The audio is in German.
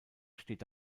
steht